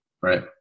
right